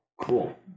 Cool